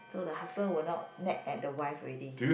so the husband will not nag at the wife already